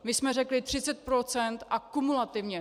My jsme řekli 30 % a kumulativně.